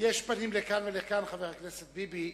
יש פנים לכאן ולכאן, חבר הכנסת ביבי.